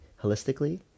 holistically